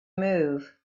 move